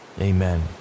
amen